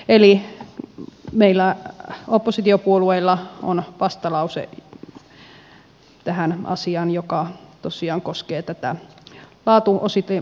eli meillä oppositiopuolueilla on vastalause tähän asiaan joka tosiaan koskee tätä laatuositemittausta